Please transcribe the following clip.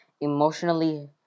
emotionally